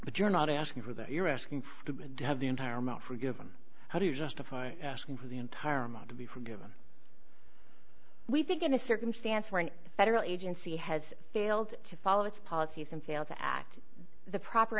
but you're not asking for that you're asking for to have the entire amount forgiven how do you justify asking for the entire amount to be forgiven we think in a circumstance where an federal agency has failed to follow its policies and failed to act the proper